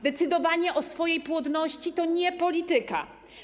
Decydowanie o swojej płodności to nie polityka.